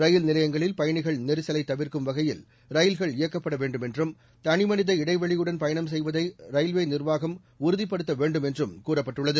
ரயில் நிலையங்களில் பயணிகள் நெரிசலை தவிர்க்கும் வகையில் ரயில்கள் இயக்கப்பட வேண்டும் என்றும் தனிமனித இடைவெளியுடன் பயணம் செய்வதை ரயில்நிலைய நீர்வாகம் உறுதிப்படுத்த வேண்டும் என்றும் கூறப்பட்டுள்ளது